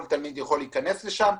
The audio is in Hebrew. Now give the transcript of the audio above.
תלמיד ואזרח יוכל להיכנס לשם,